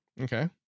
Okay